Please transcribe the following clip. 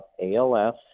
ALS